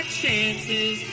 chances